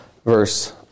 verse